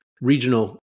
regional